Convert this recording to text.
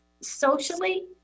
socially